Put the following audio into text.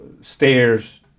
stairs